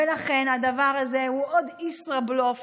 ולכן הדבר הזה הוא עוד ישארבלוף